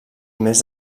més